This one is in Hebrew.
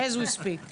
As we speak.